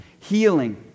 healing